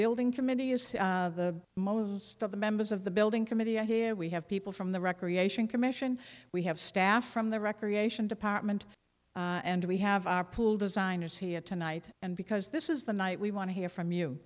building committee is the most of the members of the building committee are here we have people from the recreation commission we have staff from the recreation department and we have our pool designers here tonight and because this is the night we want to hear from you